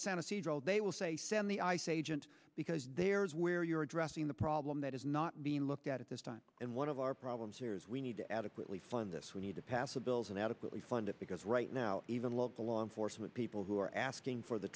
fantasy role they will say send the ice agent because there's where you're addressing the problem that is not being looked at this time and one of our problems here is we need to adequately fund this we need to pass a bills and adequately fund it because right now even local law enforcement people who are asking for the